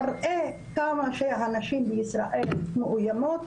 מראה כמה שהנשים בישראל מאויימות,